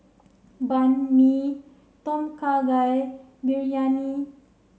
Banh Mi Tom Kha Gai Biryani